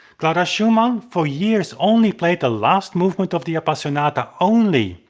clara schumann, for years only played the last movement of the appasionata only,